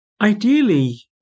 Ideally